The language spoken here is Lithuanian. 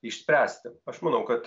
išspręsti aš manau kad